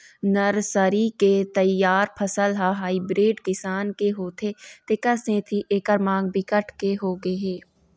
nursery के तइयार फसल ह हाइब्रिड किसम के होथे तेखर सेती एखर मांग बिकट के होगे हे